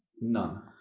none